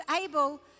able